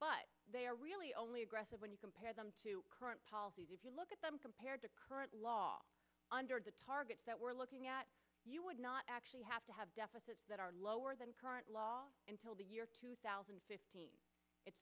but they are really only aggressive when you compare them to current policies if you look at them compared to current law under the targets that we're looking at you would not actually have to have deficits that are lower than current law until the year two thousand and fifteen it's